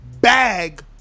bag